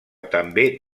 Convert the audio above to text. també